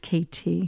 KT